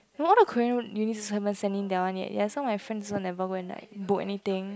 you know all the Korean uni also havent send in that one yet ya so my friends also never like book anything